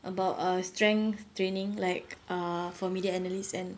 about err strength training like err for media analyst and